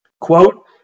quote